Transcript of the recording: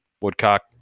woodcock